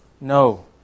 No